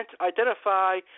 identify